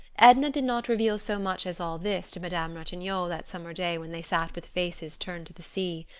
edna did not reveal so much as all this to madame ratignolle that summer day when they sat with faces turned to the sea.